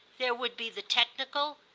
there would be the technical,